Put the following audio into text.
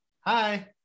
Hi